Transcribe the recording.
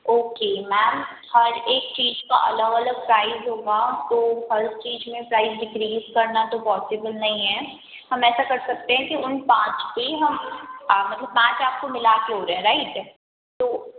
okay ma'am हर एक चीज़ का अलग अलग प्राइज़ होगा तो हर चीज़ में प्राइज़ डिक्रीज़ करना तो पॉसिबल नहीं है हम ऐसा कर सकते हैं कि उन पाँच पे हम मतलब पाँच आपको मिला कर हो रहे हैं राईट तो